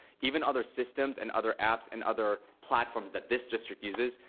even other systems and other apps and other platforms that this district uses,